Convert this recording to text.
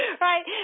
right